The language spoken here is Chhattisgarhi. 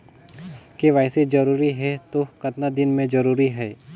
के.वाई.सी जरूरी हे तो कतना दिन मे जरूरी है?